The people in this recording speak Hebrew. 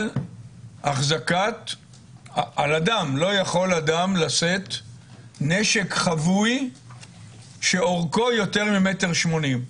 נקבע שאדם לא יכול לשאת נשק חבוי שאורכו יותר מ-1.80 מטר.